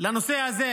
לנושא הזה,